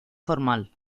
formal